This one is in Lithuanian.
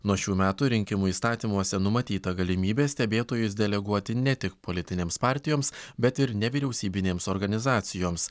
nuo šių metų rinkimų įstatymuose numatyta galimybė stebėtojus deleguoti ne tik politinėms partijoms bet ir nevyriausybinėms organizacijoms